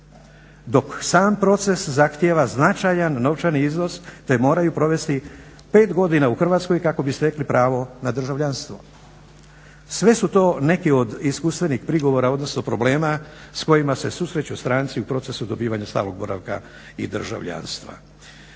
dok sam proces zahtijeva značajan novčani iznos te moraju provesti pet godina u Hrvatskoj kako bi stekli pravo na državljanstvo. Sve su to neki od iskustvenih prigovora, odnosno problema s kojima se susreću stranci u procesu dobivanja stalnog boravka i državljanstva.